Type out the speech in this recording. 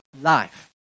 life